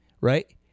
right